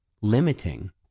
limiting